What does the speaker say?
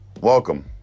welcome